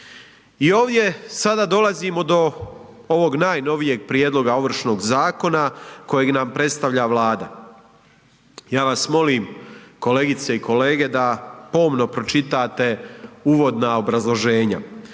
I ovdje sada dolazimo do ovog najnovijeg prijedloga Ovršnog zakona kojeg nam predstavlja Vlada. Ja vas molim kolegice i kolege da pomno pročitate uvodna obrazloženja.